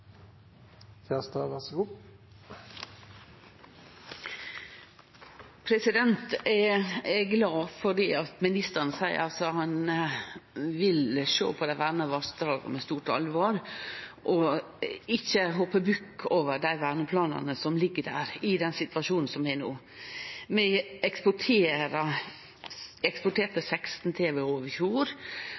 glad for at ministeren seier han vil sjå på dei verna vassdraga med stort alvor og ikkje hoppe bukk over dei verneplanane som ligg der, i den situasjonen som er no. Vi eksporterte 16